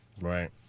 right